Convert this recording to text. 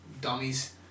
dummies